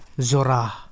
Zora